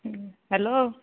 hello